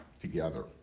together